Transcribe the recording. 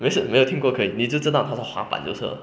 没事没有听过可以你就知道他是滑板就是了